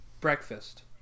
breakfast